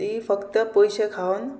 ती फक्त पयशे खावन